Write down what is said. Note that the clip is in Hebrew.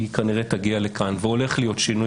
הוא כנראה יגיע לכאן והולך להיות שינוי